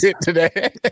today